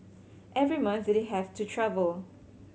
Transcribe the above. every month they have to travel